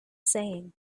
saying